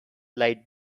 light